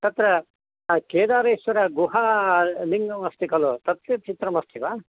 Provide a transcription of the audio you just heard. तत्र केदारेश्वरगुहा ल् लिङ्गम् अस्ति खलु तस्य चित्रमस्ति वा